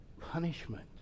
punishment